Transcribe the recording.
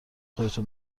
خودتون